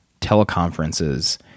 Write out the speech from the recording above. teleconferences